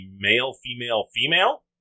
male-female-female